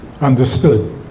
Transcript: understood